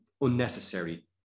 unnecessary